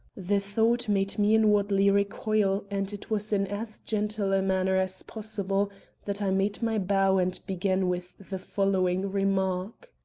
the thought made me inwardly recoil and it was in as gentle a manner as possible that i made my bow and began with the following remark